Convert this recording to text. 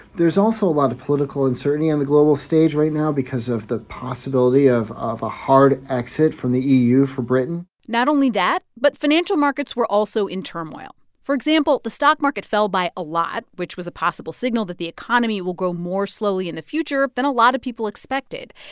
there's also a lot of political uncertainty on the global stage right now because of the possibility of of a hard exit from the eu for britain not only that, but financial markets were also in turmoil. for example, the stock market fell by a lot, which was a possible signal that the economy will grow more slowly in the future than a lot of people expected.